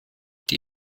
die